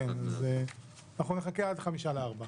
אז אנחנו נחכה עד חמישה לארבע.